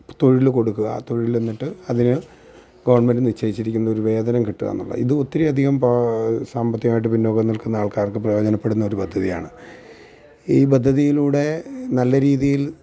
തൊഴിൽ കൊടുക്കുക തൊഴിൽ എന്നിട്ട് അതിന് ഗവണ്മെന്റ് നിശ്ചയിച്ചിരിക്കുന്ന ഒരു വേതനം കിട്ടുക എന്നുള്ളതാണ് ഇത് ഒത്തിരി അധികം സാമ്പത്തികമായിട്ട് പിന്നോക്കം നില്ക്കുന്ന ആള്ക്കാര്ക്ക് പ്രയോജനപ്പെടുന്ന ഒരു പദ്ധതിയാണ് ഈ പദ്ധതിയിലൂടെ നല്ല രീതിയില്